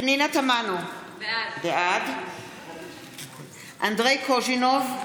פנינה תמנו, בעד אנדרי קוז'ינוב,